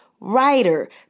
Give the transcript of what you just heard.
writer